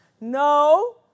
No